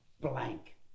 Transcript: blank